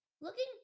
Looking